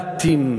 מנדטים.